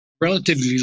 Relatively